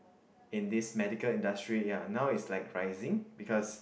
in this medical industry ya now is like rising because